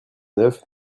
neuf